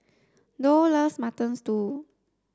doll loves mutton stew